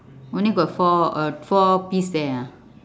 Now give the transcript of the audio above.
only got four uh four piece there ah